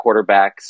quarterbacks